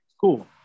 cool